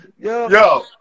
yo